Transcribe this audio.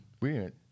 Weird